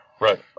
Right